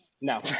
No